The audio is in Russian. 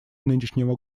нынешнего